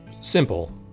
Simple